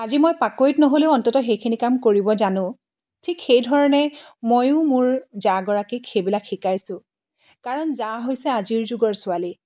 আজি মই পাকৈত নহ'লেও অন্ততঃ সেইখিনি কাম কৰিব জানো ঠিক সেইধৰণে ময়ো মোৰ জাগৰাকীক সেইবিলাক শিকাইছোঁ কাৰণ জা হৈছে আজিৰ যুগৰ ছোৱালী